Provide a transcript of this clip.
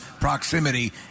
proximity